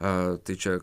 o tai čia